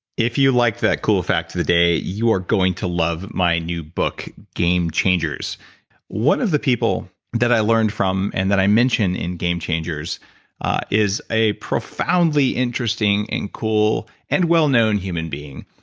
if you like that cool fact of the day, you are going to love my new book, game changers one of the people that i learned from and that i mention in game changers is a profoundly interesting and cool and well-known human being,